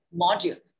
module